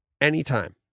anytime